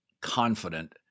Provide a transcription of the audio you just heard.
confident